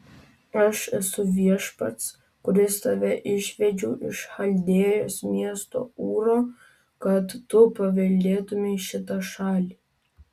aš esu viešpats kuris tave išvedžiau iš chaldėjos miesto ūro kad tu paveldėtumei šitą šalį